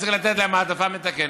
וצריך לתת להם העדפה מתקנת.